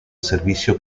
servicio